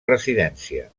residència